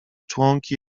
członki